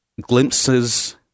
glimpses